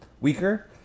weaker